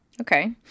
Okay